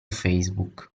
facebook